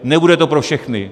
Nebude to pro všechny.